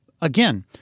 again